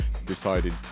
decided